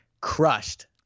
crushed